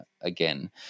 again